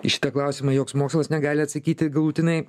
į šitą klausimą joks mokslas negali atsakyti galutinai